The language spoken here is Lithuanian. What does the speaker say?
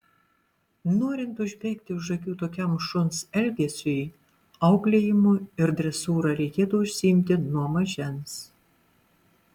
norint užbėgti už akių tokiam šuns elgesiui auklėjimu ir dresūra reikėtų užsiimti nuo mažens